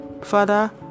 Father